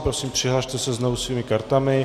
Prosím, přihlaste se znovu svými kartami.